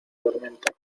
tormenta